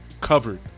covered